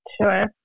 Sure